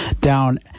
down